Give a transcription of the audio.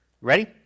Ready